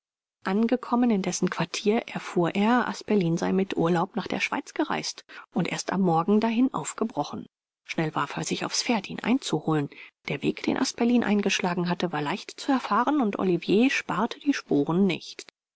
angekommen in dessen quartier erfuhr er asperlin sei mit urlaub nach der schweiz gereist und erst am morgen dahin aufgebrochen schnell warf er sich aufs pferd ihn einzuholen der weg den asperlin eingeschlagen hatte war leicht zu erfahren und olivier sparte die sporen nicht